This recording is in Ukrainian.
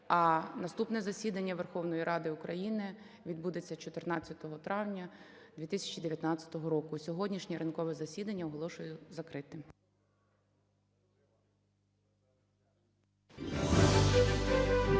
А наступне засідання Верховної Ради України відбудеться 14 травня 2019 року. Сьогоднішнє ранкове засідання оголошую закритим.